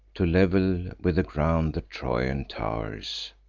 to level with the ground the trojan tow'rs,